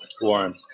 Warren